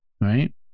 Right